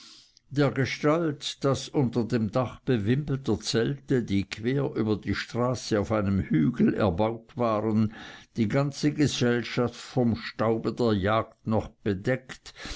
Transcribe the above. dergestalt daß unter dem dach bewimpelter zelte die quer über die straße auf einem hügel erbaut waren die ganze gesellschaft vom staub der jagd noch bedeckt